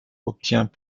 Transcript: obtient